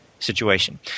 situation